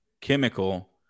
chemical